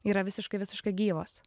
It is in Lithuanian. yra visiškai visiškai gyvos